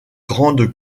grandes